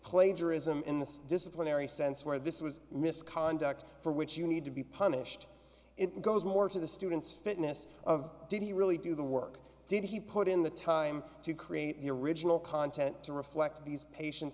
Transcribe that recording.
plagiarism in the disciplinary sense where this was misconduct for which you need to be punished it goes more to the student's fitness of did he really do the work did he put in the time to create the original content to reflect these patient